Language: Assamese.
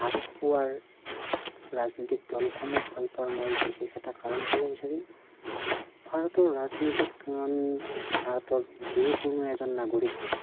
ভাল পোৱাৰ ৰাজনৈতিক দলসমূহক ভালপোৱাৰ মোৰ বিশেষ এটা কাৰণ ক'ব বিচাৰিম ভাৰতৰ ৰাজনৈতিক কাৰণ ভাৰতৰ যিকোনো এজন নাগৰিকে